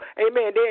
amen